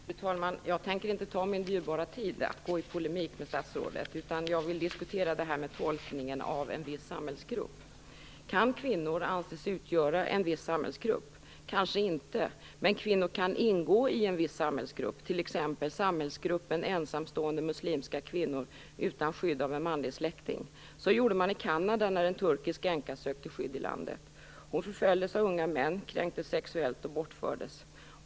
Fru talman! Jag tänker inte använda min dyrbara tid till att gå i polemik med statsrådet, utan jag vill diskutera frågan om tolkningen av "en viss samhällsgrupp". Kan kvinnor anses utgöra en viss samhällsgrupp? Kanske inte, men kvinnor kan ingå i en viss samhällsgrupp, t.ex. samhällsgruppen ensamstående muslimska kvinnor utan skydd av en manlig släkting. Så gjorde man i Kanada när en turkisk änka sökte skydd i landet. Hon förföljdes av unga män, kränktes sexuellt och bortfördes.